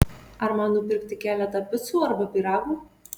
ar man nupirkti keletą picų arba pyragų